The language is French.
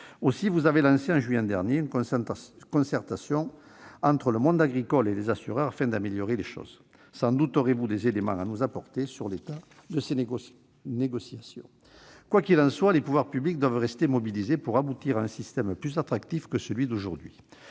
Aussi avez-vous lancé, en juillet dernier, une concertation entre le monde agricole et les assureurs afin d'améliorer les choses. Sans doute aurez-vous des éléments à nous communiquer sur l'état de ces négociations. Quoi qu'il en soit, les pouvoirs publics doivent rester mobilisés pour construire un système plus attractif que celui qui